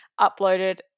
uploaded